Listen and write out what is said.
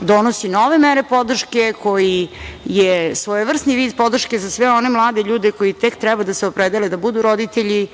donosi nove mere podrške, koji je svojevrsni vid podrške za sve one mlade ljude koji tek treba da se opredele da budu roditelji,